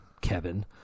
Kevin